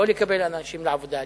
לא לקבל אנשים לעבודה,